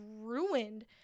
ruined